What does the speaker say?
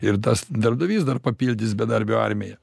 ir tas darbdavys dar papildys bedarbių armiją